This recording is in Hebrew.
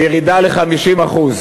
וירידה ל-50%.